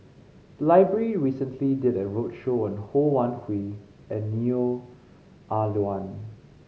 the library recently did a roadshow on Ho Wan Hui and Neo Ah Luan